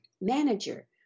manager